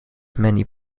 many